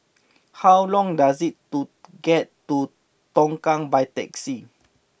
how long does it to get to Tongkang by taxi